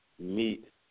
meet